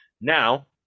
now